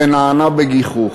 ונענה בגיחוך.